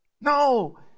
no